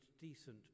decent